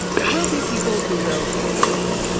there will be people who will exploit it.